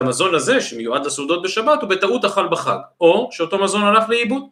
‫המזון הזה, שמיועד לסעודות בשבת, ‫הוא בטעות אכל בחג, ‫או שאותו מזון הלך לאיבוד.